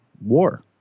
war